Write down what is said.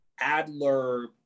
Adler